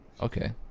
Okay